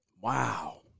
Wow